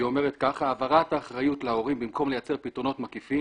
היא אומרת ככה: "העברת האחריות להורים במקום לייצר פתרונות מקיפים,